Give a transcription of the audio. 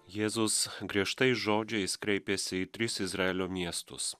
jėzus griežtais žodžiais kreipėsi į tris izraelio miestus